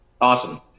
Awesome